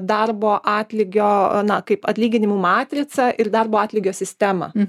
darbo atlygio a na kaip atlyginimų matricą ir darbo atlygio sistemą